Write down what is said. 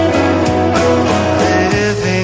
Living